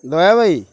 Dayabhai